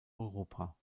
europa